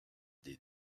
des